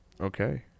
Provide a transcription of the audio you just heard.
okay